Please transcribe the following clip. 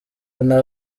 nta